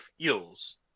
eels